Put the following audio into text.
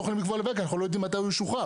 יכולים כי אנחנו לא יודעים מתי הוא ישוחרר.